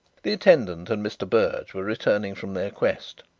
the attendant and mr. berge were returning from their quest.